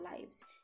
lives